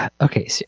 Okay